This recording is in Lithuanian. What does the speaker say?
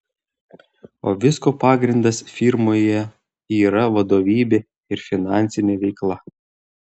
o visko pagrindas firmoje yra vadovybė ir finansinė veikla